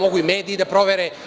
Mogu i mediji da provere.